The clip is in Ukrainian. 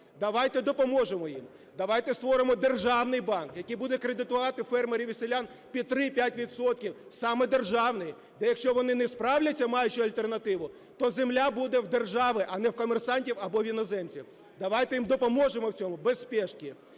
Давайте допоможемо їм. Давайте створимо державний банк, який буде кредитувати фермерів і селян під 3,5 відсотка, саме державний, та якщо вони не справляться, маючи альтернативу, то земля буде в держави, а не в комерсантів або в іноземців. Давайте їм допоможемо в цьому, без спішки.